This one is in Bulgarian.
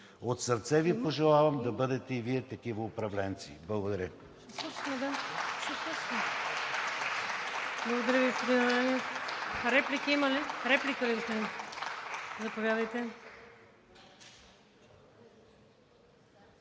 От сърце Ви пожелавам да бъдете и Вие такива управленци! Благодаря.